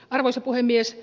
arvoisa puhemies